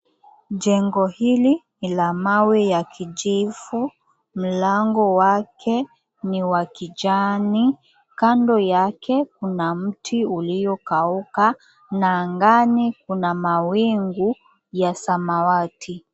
Jengo hili ni la mawe ya kijivu. mlango wake ni wa kijani. Kando yake kuna mti uliokauka na angani kuna mawingu ya samawati.